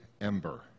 ember